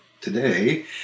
today